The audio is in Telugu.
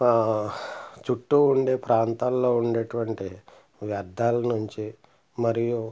చుట్టు ఉండే ప్రాంతాల్లో ఉండేటువంటి వ్యర్థాల నుంచి మరియు